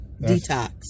detox